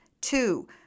Two